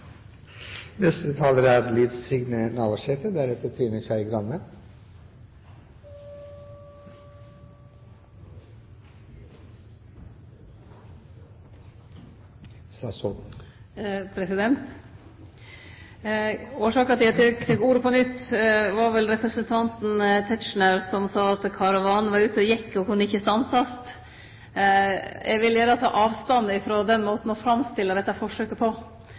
Årsaka til at eg tek ordet på nytt, var representanten Tetzschner, som sa at karavanen var ute og gjekk og kunne ikkje stansast. Eg vil gjerne ta avstand frå den måten å framstille dette forsøket på.